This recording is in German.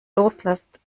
loslässt